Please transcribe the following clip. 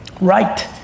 Right